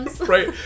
Right